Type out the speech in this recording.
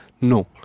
No